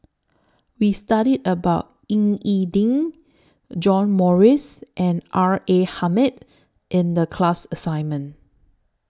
We studied about Ying E Ding John Morrice and R A Hamid in The class assignment